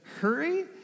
hurry